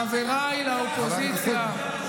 חבריי לאופוזיציה.